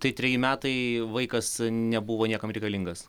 tai treji metai vaikas nebuvo niekam reikalingas